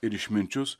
ir išminčius